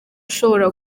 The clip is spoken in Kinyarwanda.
ushobora